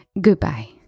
goodbye